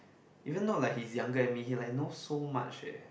even though like he's younger than me he like know so much eh